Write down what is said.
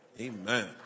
Amen